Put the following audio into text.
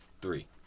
three